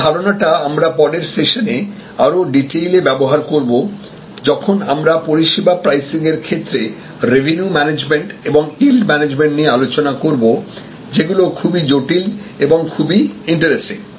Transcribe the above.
এই ধারনাটি আমরা পরের সেশনে আরো ডিটেইলে ব্যবহার করব যখন আমরা পরিষেবা প্রাইসিংয়ের ক্ষেত্রে রেভিনিউ মানেজমেন্ট এবং ইল্ড ম্যানেজমেন্ট নিয়ে আলোচনা করব যেগুলো খুবই জটিল এবং খুবই ইন্টারেস্টিং